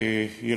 חשיבות הנושא.